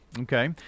Okay